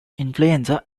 influenza